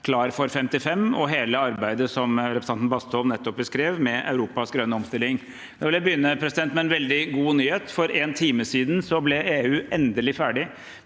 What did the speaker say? Klar for 55 og hele arbeidet som representanten Bastholm nettopp beskrev med Europas grønne omstilling. Jeg vil begynne med en veldig god nyhet. For en time siden ble EU endelig ferdig